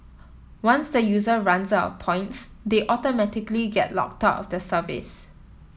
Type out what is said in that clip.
once the user runs out of points they automatically get locked out of the service